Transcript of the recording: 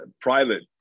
private